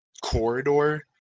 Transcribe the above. corridor